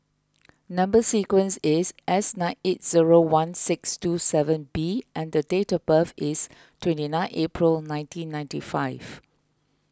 Number Sequence is S nine eight zero one six two seven B and the date of birth is twenty nine April nineteen ninety five